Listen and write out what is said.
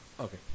Okay